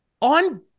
on